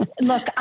Look